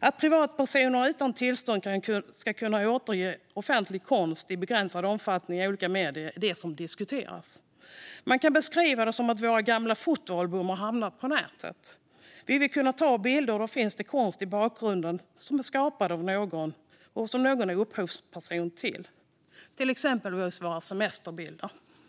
Det som diskuteras är att privatpersoner utan tillstånd ska kunna återge offentlig konst i begränsad omfattning i olika medier. Man kan beskriva det som att våra gamla fotoalbum har hamnat på nätet. Vi vill kunna ta bilder, och det kan då finnas konst i bakgrunden som någon är upphovsperson till. Det kan exempelvis vara våra semesterbilder.